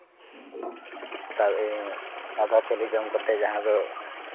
ᱟᱫᱚᱣᱟ ᱪᱟᱣᱞᱮ ᱡᱚᱢ ᱠᱟᱛᱮ ᱡᱟᱦᱟᱸ ᱫᱚ